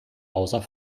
außer